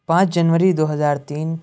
پانچ جنوری دو ہزار تین